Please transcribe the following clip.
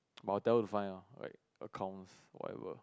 but I will tell her to find ah like accounts whatever